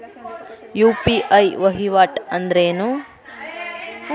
UPI ವಹಿವಾಟ್ ಅಂದ್ರೇನು?